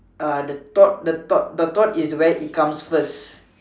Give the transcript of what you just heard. uh the thought the thought the thought is where it comes first